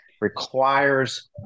requires